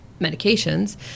medications